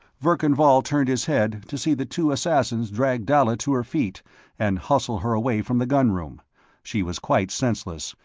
verkan vall turned his head, to see the two assassins drag dalla to her feet and hustle her away from the gun room she was quite senseless,